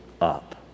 up